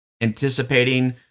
anticipating